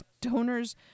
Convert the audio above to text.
donors